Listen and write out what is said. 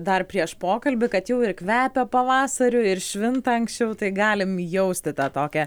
dar prieš pokalbį kad jau ir kvepia pavasariu ir švinta anksčiau tai galim jausti tą tokia